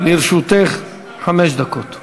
לרשותך חמש דקות.